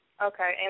Okay